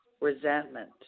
resentment